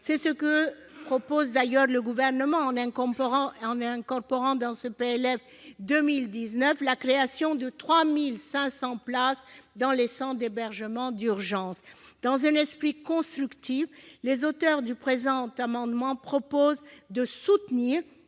C'est ce que propose, d'ailleurs, le Gouvernement, en incorporant dans ce projet de loi de finances pour 2019 la création de 3 500 places dans les centres d'hébergement d'urgence. Dans un esprit constructif, les auteurs du présent amendement proposent de soutenir